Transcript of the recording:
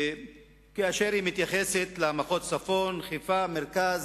כאשר היא מתייחסת למחוז צפון, חיפה, מרכז,